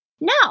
No